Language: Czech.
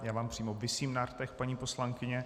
Já vám přímo visím na rtech, paní poslankyně.